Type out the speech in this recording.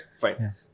fine